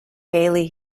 gaily